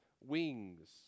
wings